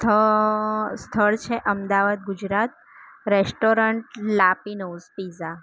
સ્થળ છે Ahmedabad Gujarat restaurant La Pino'z pizza